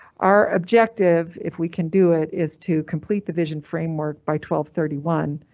our objective, if we can do it, is to complete the vision framework by twelve thirty one.